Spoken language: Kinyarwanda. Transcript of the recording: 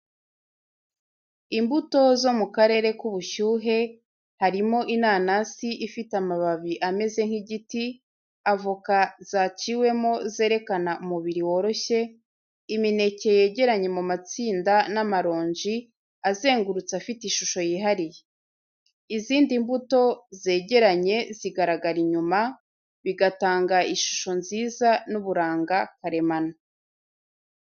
Imbuto zo mu karere k’ubushyuhe, harimo inanasi ifite amababi ameze nk’igiti, avoka zaciwemo zerekana umubiri woroshye, imineke yegeranye mu matsinda n'amaronji azengurutse afite ishusho yihariye. Izindi mbuto zegeranye zigaragara inyuma, bigatanga ishusho nziza n’uburanga karemano.